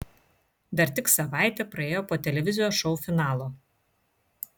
dar tik savaitė praėjo po televizijos šou finalo